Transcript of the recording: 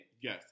Yes